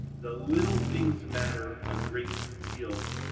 the little things matter a great deal.